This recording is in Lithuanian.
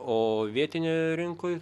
o vietinėje rinkoj